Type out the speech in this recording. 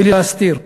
בלי להסתיר.